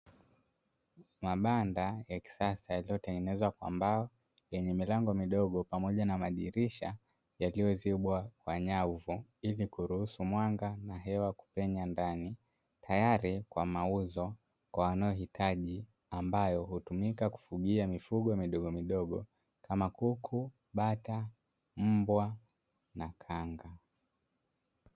Mabanda ya kisasa yaliyotengenezwa kwa mbao yenye milango midogo pamoja na madirisha yaliyozibwa kwa nyavu, ili kuruhusu mwanga na hewa kupenya ndani katika tayari kwa mauzo kwa wanaoitaji ambayo hutumika kudumia kufugia mifugo midogo midogo kama kuku, bata ,mbwa, bata na kanga.